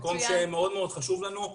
מקום מאוד מאוד חשוב לנו,